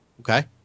Okay